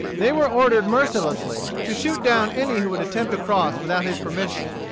they were ordered mercilessly to shoot down any who should attempt to cross without his permission.